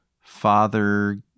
Father